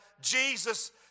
Jesus